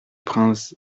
prince